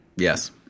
Yes